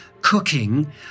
cooking